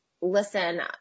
listen